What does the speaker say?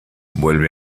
vuelve